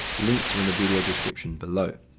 links are in the video description below.